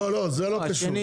לא לא זה לא קשור.